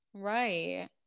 right